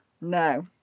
No